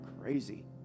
crazy